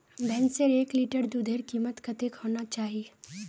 भैंसेर एक लीटर दूधेर कीमत कतेक होना चही?